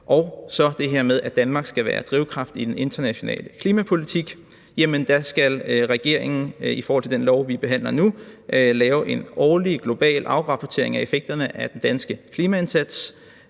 angår det her med, at Danmark skal være drivkraft i den internationale klimapolitik, så skal regeringen ifølge det lovforslag, vi behandler nu, lave en årlig global afrapportering af effekterne af den danske klimaindsats,